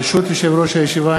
ברשות יושב-ראש הישיבה,